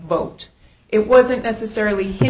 quote it wasn't necessarily